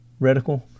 reticle